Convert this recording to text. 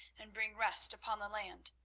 and bring rest upon the land.